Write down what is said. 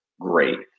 great